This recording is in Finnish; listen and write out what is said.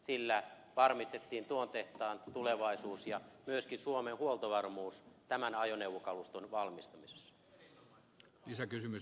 sillä varmistettiin tuon tehtaan tulevaisuus ja myöskin suomen huoltovarmuus tämän ajoneuvokaluston valmistamisessa